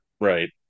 Right